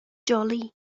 jolly